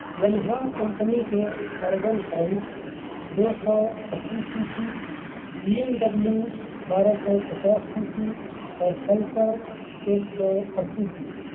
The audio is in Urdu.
یمہا کمپنی کے ارگن فائف دو سو اَسی C C B M W بارہ سو پچاس سی سی اور پلسر ایک سو اَسی سی سی